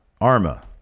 Arma